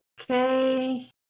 Okay